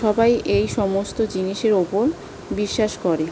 সবাই এই সমস্ত জিনিসের উপর বিশ্বাস করে